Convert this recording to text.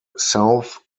south